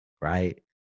Right